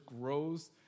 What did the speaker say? grows